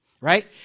Right